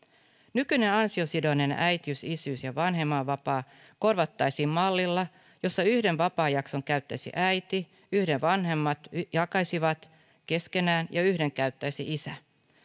nykyinen ansiosidonnainen äitiys isyys ja vanhempainvapaa korvattaisiin mallilla jossa yhden vapaajakson käyttäisi äiti yhden vanhemmat jakaisivat keskenään ja yhden käyttäisi isä